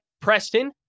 Preston